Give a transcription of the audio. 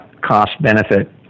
cost-benefit